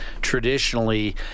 traditionally